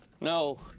No